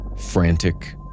Frantic